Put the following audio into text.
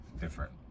different